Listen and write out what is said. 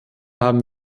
haben